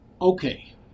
okay